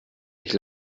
nicht